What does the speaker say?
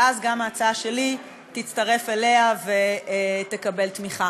ואז גם ההצעה שלי תצטרף אליה ותקבל תמיכה.